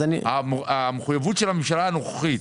המחוייבות של הממשלה הנוכחית,